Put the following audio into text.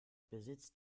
besitzt